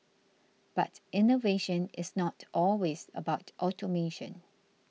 but innovation is not always about automation